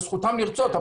זו זכותם לרצות,